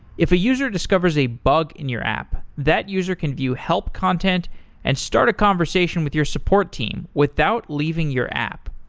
if a user discovers a bug in your app, that user can view help content and start a conversation with your support team without leaving your app.